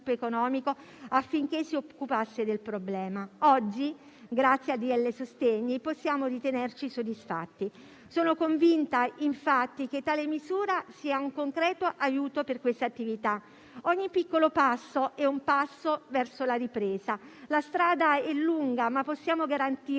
economico affinché si occupasse del problema. Oggi, grazie al decreto-legge sostegni, possiamo ritenerci soddisfatti. Sono infatti convinta che tale misura sia un concreto aiuto per queste attività; ogni piccolo passo è un passo verso la ripresa, la strada è lunga, ma possiamo garantirvi